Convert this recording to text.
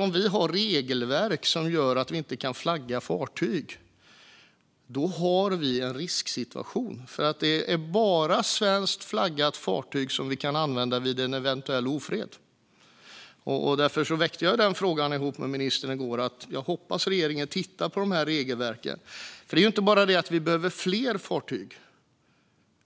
Om vi har regelverk som gör att vi inte kan flagga in fartyg har vi en risksituation, för det är bara svenskflaggade fartyg som vi kan använda vid en eventuell ofred. Därför väckte jag den frågan ihop med ministern igår. Jag hoppas att regeringen tittar på dessa regelverk. Vi behöver inte bara fler fartyg.